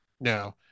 No